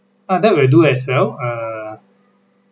ah that will do as well err